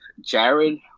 Jared